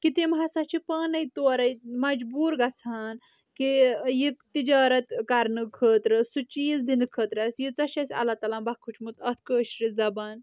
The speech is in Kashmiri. کہِ تم ہسا چھِ پانے تورے مجبوٗر گژھان کہِ یہِ تجارت کرنہٕ خٲطرٕ سُہ چیٖز دِنہٕ خٲطرٕ اسہِ ییژاہ چھ ٲسۍ اللہ تعالیٰ ہن بخشمُت اتھ کٲشِرِ زبان